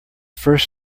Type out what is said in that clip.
first